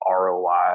ROI